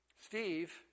Steve